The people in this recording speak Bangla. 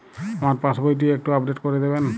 আমার পাসবই টি একটু আপডেট করে দেবেন?